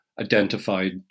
identified